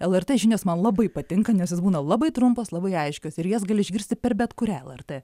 lrt žinios man labai patinka nes jos būna labai trumpos labai aiškios ir jas gali išgirsti per bet kurią lrt